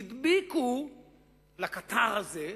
לקטר הזה,